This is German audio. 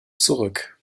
zurück